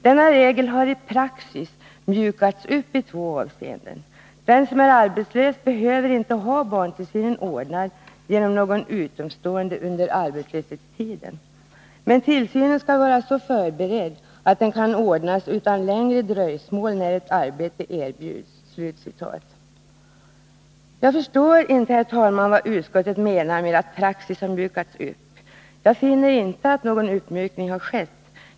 Denna regel har i praxis mjukats upp i två avseenden. Den som är arbetslös behöver inte ha barntillsynen ordnad genom någon utomstående under arbetslöshetstiden. Men tillsynen skall vara så förberedd att den kan ordnas utan längre dröjsmål när ett arbete erbjuds.” Jag fårstår inte, herr talman, vad utskottet menar när man säger att regeln i praxis har mjukats upp. Jag finner inte att någon uppmjukning har skett.